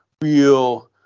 real –